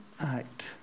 act